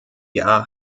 jahr